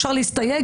אפשר להסתייג,